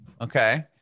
Okay